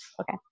okay